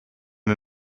wir